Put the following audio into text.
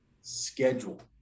schedule